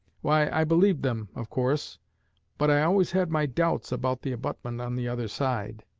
why, i believed them, of course but i always had my doubts about the abutment on the other side.